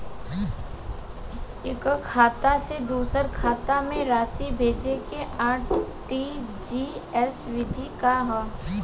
एकह खाता से दूसर खाता में राशि भेजेके आर.टी.जी.एस विधि का ह?